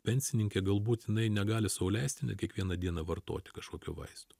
pensininkė galbūt jinai negali sau leisti kiekvieną dieną vartoti kažkokių vaistų